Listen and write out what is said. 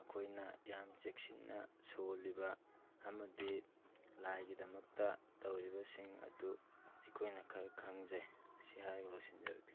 ꯃꯈꯣꯏꯅ ꯌꯥꯝ ꯆꯦꯛꯁꯤꯟꯅ ꯁꯣꯜꯂꯤꯕ ꯑꯃꯗꯤ ꯂꯥꯏꯒꯤꯗꯃꯛꯇ ꯇꯧꯔꯤꯕꯁꯤꯡ ꯑꯗꯨ ꯑꯩꯈꯣꯏꯅ ꯈꯔ ꯈꯪꯖꯩ ꯁꯤ ꯍꯥꯏꯔꯒ ꯂꯣꯏꯁꯤꯟꯖꯔꯒꯦ